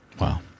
Wow